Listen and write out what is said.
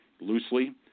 loosely